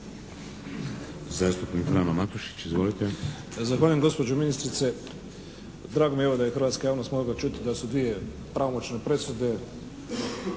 Zahvaljujem gospođo ministrice. Drago mi je evo da je hrvatska javnost mogla čuti da su dvije pravomoćne presude